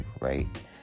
right